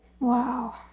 Wow